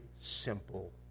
simple